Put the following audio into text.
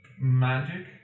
magic